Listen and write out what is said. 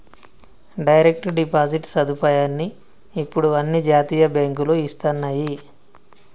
direct deposit సదుపాయాన్ని ఇప్పుడు అన్ని జాతీయ బ్యేంకులూ ఇస్తన్నయ్యి